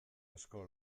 asko